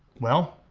well,